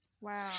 Wow